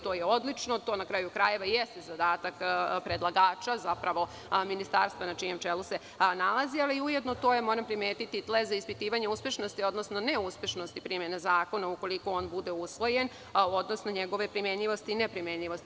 To je odlično i to na kraju krajeva i jeste zadatak predlagača, zapravo Ministarstva na čijem čelu se nalazi, ali ujedno moram primetiti da je to tlo za ispitivanje uspešnosti odnosno neuspešnosti primene zakona ukoliko on bude usvojen, odnosno njegove primenjivosti i neprimenjivosti.